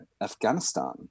Afghanistan